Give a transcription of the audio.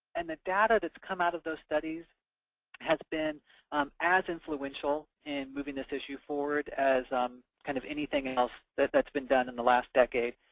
and the data that's come out of those studies has been um as influential in moving this issue forward as um kind of anything else that's been done in the last decade.